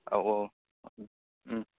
औ औ